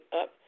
up